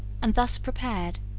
and, thus prepared,